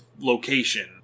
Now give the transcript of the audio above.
location